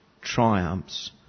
triumphs